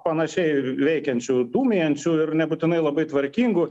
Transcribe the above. panašiai veikiančių dūmijančių ir nebūtinai labai tvarkingų